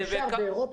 הוא מאושר באירופה.